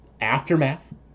aftermath